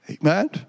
Amen